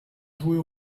jouer